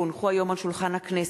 כי הונחו היום על שולחן הכנסת,